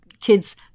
kids